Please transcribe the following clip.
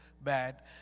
bad